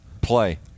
play